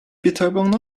betäubung